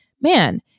Man